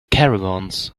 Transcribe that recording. caravans